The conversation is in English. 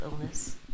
illness